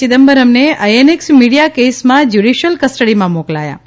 ચિદમ્બરમને INX media કેસમાં judicial કસ્ટડીમાં મોકલાયા છે